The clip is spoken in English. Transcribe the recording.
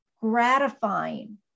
gratifying